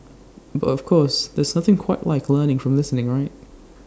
but of course there's nothing quite like learning from listening right